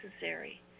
necessary